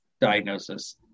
diagnosis